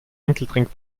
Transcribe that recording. enkeltrick